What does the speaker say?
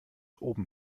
oben